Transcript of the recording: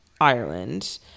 Ireland